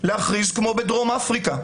להכריז כמו בדרום אפריקה.